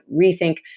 rethink